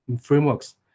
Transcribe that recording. frameworks